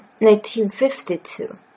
1952